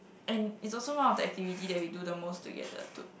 and is also one of the activity that we do the most together to